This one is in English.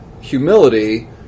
humility